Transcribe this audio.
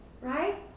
right